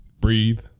breathe